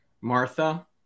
Martha